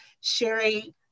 Sherry